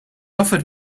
offered